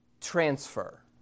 transfer